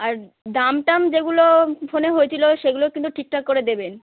আর দাম টাম যেগুলো ফোনে হয়েছিলো সেগুলো কিন্তু ঠিকঠাক করে দেবেন